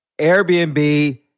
Airbnb